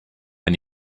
and